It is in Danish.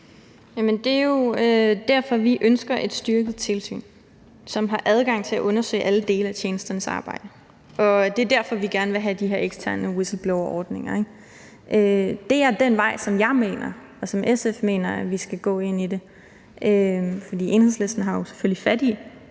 Det er jo derfor, vi ønsker et styrket tilsyn, som har adgang til at undersøge alle dele af tjenesternes arbejde, og det er derfor, vi gerne vil have de her eksterne whistleblowerordninger, ikke? Det er den vej, som jeg mener og som SF mener vi skal gå. For Enhedslisten har selvfølgelig fat i